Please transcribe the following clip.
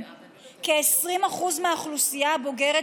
כ-20% מהאוכלוסייה הבוגרת,